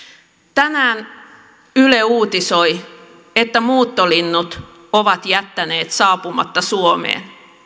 tänään yle uutisoi että muuttolinnut ovat jättäneet saapumatta suomeen